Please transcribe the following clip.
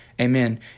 amen